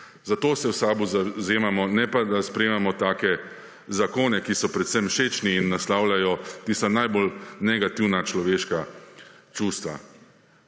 Za to se v SAB-u zavzemamo, ne pa da sprejemamo take zakone, ki so predvsem všečni in naslavljajo tista najbolj negativna človeška čustva.